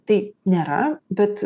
tai nėra bet